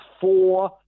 four